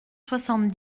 soixante